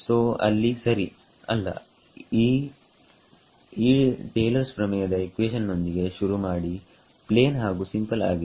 ಸೋಅಲ್ಲಿ ಸರಿ ಅಲ್ಲ ಈ ಟೇಲರ್ಸ್ ಪ್ರಮೇಯದ ಇಕ್ವೇಷನ್ ನೊಂದಿಗೆ ಶುರುಮಾಡಿ ಪ್ಲೇನ್ ಹಾಗು ಸಿಂಪಲ್ ಆಗಿದೆ